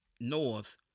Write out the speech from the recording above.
north